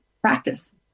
practice